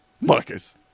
Marcus